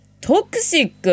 Toxic